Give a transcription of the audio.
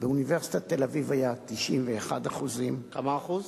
באוניברסיטת תל-אביב היה 91%. כמה אחוזים?